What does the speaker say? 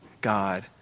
God